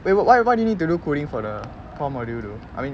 wait what why why do you need to do coding for the core module though I mean